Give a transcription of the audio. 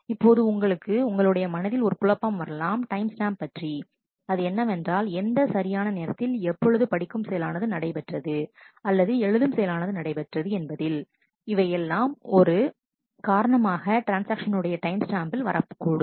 இப்போது உங்களுக்கு உங்களுடைய மனதில் ஒரு குழப்பம் வரலாம் டைம் ஸ்டாம்ப் பற்றி அதுஎன்னவென்றால் எந்த சரியான நேரத்தில் எப்பொழுது படிக்கும் செயலானது நடைபெற்றது அல்லது எழுதும் செயலானது நடை பெற்றது என்பதில் இவை எல்லாம் ஒரு காரணமாக ட்ரான்ஸ்ஆக்ஷன் உடைய டைம் ஸ்டாம்பில் வரக்கூடும்